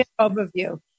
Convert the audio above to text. Overview